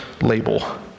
label